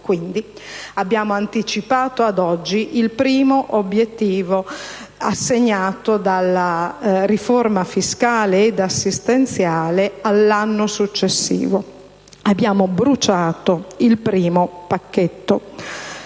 abbiamo anticipato ad oggi il primo obiettivo assegnato alla riforma fiscale ed assistenziale all'anno successivo. Abbiamo bruciato il primo pacchetto.